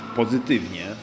pozytywnie